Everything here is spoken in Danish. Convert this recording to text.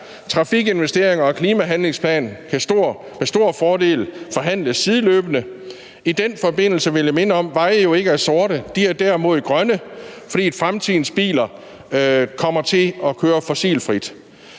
Trafikinvesteringer og klimahandlingsplan kan med stor fordel forhandles sideløbende. I den forbindelse vil jeg minde om, at veje jo ikke er sorte; de er derimod grønne, fordi fremtidens biler kommer til at køre fossilfrit.